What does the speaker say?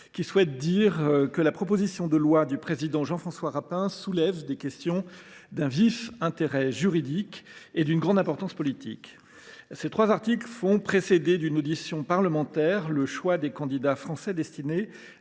pour qui la proposition de loi du président Jean François Rapin soulève des questions d’un vif intérêt juridique et d’une grande importance politique. Ses trois articles prévoient de faire précéder d’une audition parlementaire le choix des candidats français destinés